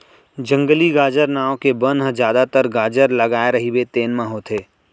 जंगली गाजर नांव के बन ह जादातर गाजर लगाए रहिबे तेन म होथे